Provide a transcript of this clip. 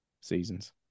seasons